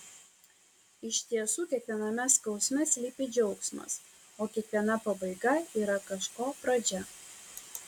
iš tiesų kiekviename skausme slypi džiaugsmas o kiekviena pabaiga yra kažko pradžia